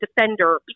defender